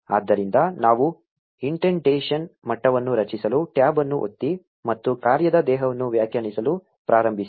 ಆದ್ದರಿಂದ ನಾವು ಇಂಡೆಂಟೇಶನ್ ಮಟ್ಟವನ್ನು ರಚಿಸಲು ಟ್ಯಾಬ್ ಅನ್ನು ಒತ್ತಿ ಮತ್ತು ಕಾರ್ಯದ ದೇಹವನ್ನು ವ್ಯಾಖ್ಯಾನಿಸಲು ಪ್ರಾರಂಭಿಸಿ